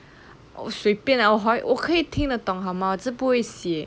随便 ah 我的华语可以听得懂好吗只是不会写